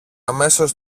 αμέσως